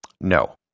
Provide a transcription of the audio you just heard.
No